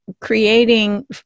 creating